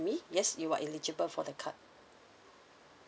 with me yes you are eligible for the card